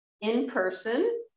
in-person